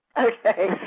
Okay